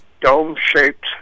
dome-shaped